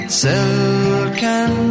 silken